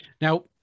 Now